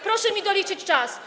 Proszę mi doliczyć czas.